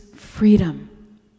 freedom